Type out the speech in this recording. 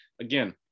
Again